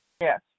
Yes